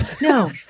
No